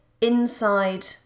inside